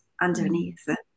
underneath